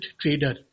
trader